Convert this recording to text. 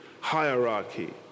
hierarchy